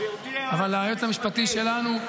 אבל היועץ המשפטי שלנו,